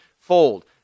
fold